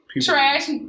trash